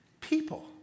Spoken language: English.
people